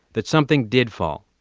that something did fall.